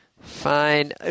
Fine